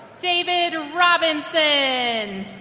david robinson